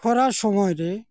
ᱠᱷᱚᱨᱟ ᱥᱚᱢᱚᱭᱨᱮ